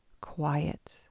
quiet